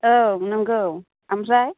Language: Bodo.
औ नोंगौ ओमफ्राय